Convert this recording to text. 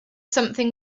something